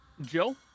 Jill